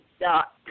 dot